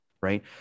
right